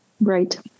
Right